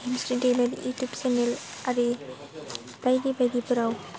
गेमस्रि दैमारि YouTube channel आरि बायदि बायदिफोराव